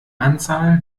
anzahl